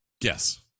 yes